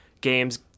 games